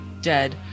dead